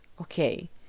okay